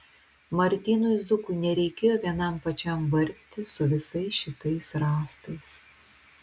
martinui zukui nereikėjo vienam pačiam vargti su visais šitais rąstais